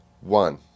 one